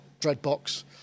Dreadbox